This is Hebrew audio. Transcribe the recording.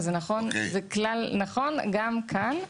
זה כלל נכון גם כאן.